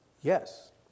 Yes